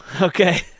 okay